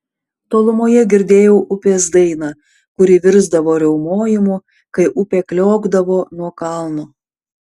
tolumoje girdėjau upės dainą kuri virsdavo riaumojimu kai upė kliokdavo nuo kalno